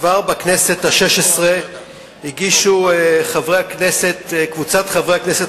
כבר בכנסת השש-עשרה הגישו קבוצת חברי כנסת,